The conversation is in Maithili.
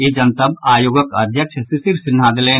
ई जनतब आयोगक अध्यक्ष शिशिर सिन्हा देलनि